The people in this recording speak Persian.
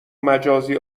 مجازی